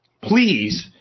please